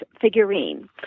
figurine